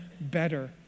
better